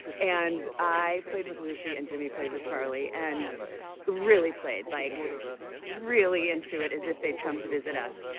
and i played with lucy and jimmy played with charlie and really played, like really into it, as if they'd come to visit us.